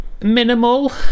minimal